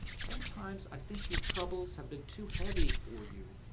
sometimes i think your troubles have been too heavy for you,